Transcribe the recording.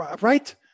Right